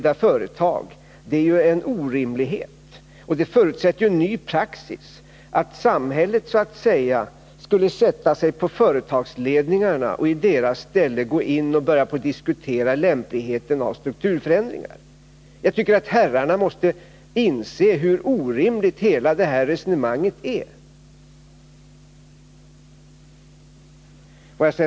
Det förutsätter också ny praxis: att samhället så att säga skulle sätta sig på företagsledningarna och i deras ställe gå in och diskutera lämpligheten av strukturförändringar. Jag tycker att herrarna måste inse hur orimligt hela det här resonemanget är.